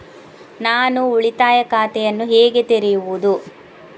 ನಾನು ಉಳಿತಾಯ ಖಾತೆಯನ್ನು ಹೇಗೆ ತೆರೆಯುದು?